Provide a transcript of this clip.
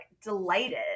delighted